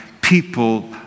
people